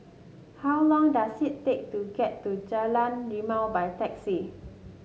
how long does it take to get to Jalan Rimau by taxi